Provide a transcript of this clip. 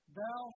thou